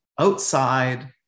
outside